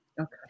okay